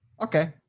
Okay